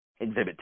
exhibit